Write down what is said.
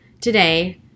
today